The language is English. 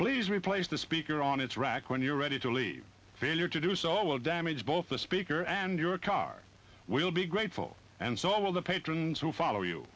please replace the speaker on its rack when you're ready to leave failure to do so will damage both the speaker and your car will be grateful and so will the patrons who follow you